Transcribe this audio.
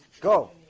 Go